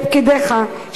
לפקידיך,